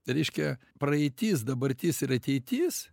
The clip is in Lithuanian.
reiškia praeitis dabartis ir ateitis